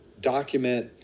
document